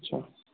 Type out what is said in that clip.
اچھا